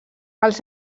els